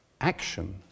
action